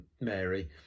Mary